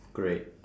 great